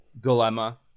dilemma